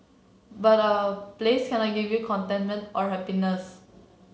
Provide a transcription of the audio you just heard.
but a place cannot give you contentment or happiness